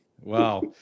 Wow